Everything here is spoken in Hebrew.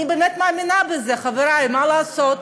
אני באמת מאמינה בזה, חברי, מה לעשות.